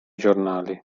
giornali